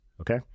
okay